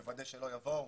מוודא שלא יבואו,